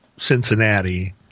Cincinnati